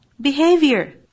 behavior